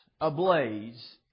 ablaze